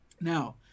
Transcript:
Now